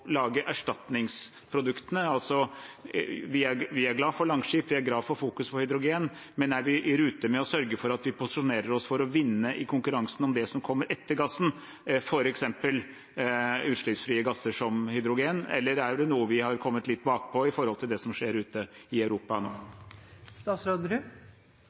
lage erstatningsproduktene? Vi er glade for Langskip og glade for fokuset på hydrogen, men er vi i rute med å sørge for at vi posisjonerer oss for å vinne i konkurransen om det som kommer etter gassen, f.eks. utslippsfrie gasser som hydrogen? Eller har vi kommet litt bakpå i forhold til det som skjer ute i Europa?